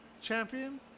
champion